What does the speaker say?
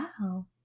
wow